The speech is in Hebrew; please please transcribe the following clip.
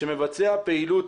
שמבצע פעילות